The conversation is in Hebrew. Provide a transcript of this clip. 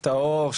טהור,